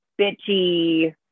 bitchy